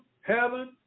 heaven